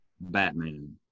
Batman